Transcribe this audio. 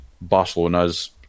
Barcelona's